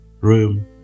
room